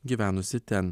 gyvenusi ten